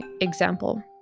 example